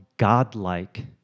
Godlike